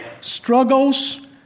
struggles